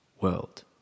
world